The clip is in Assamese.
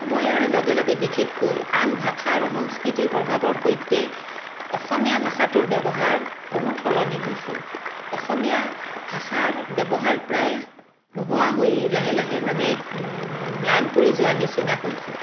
সময়ৰ লগে লগে বিশেষকৈ আন ভাষা আৰু সংস্কৃতিৰ প্ৰভাৱৰ সৈতে অসমীয়া ভাষাটোৰ ব্যৱহাৰ বহুত সলনি হৈছে অসমীয়া ভাষাৰ ব্যৱহাৰ প্ৰায় নোহোৱা হৈ লাগে লাহে মানে ম্লান পৰি যোৱাৰ নিচিনা হৈছে